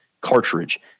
cartridge